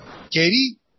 Katie